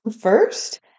First